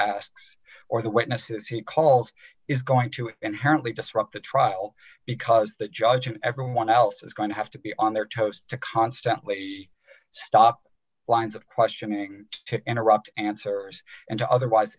asks or the witnesses he calls is going to inherently disrupt the trial because that judge everyone else is going to have to be on their toes to constantly stop lines of questioning to interrupt answers d and to otherwise